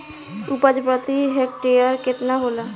उपज प्रति हेक्टेयर केतना होला?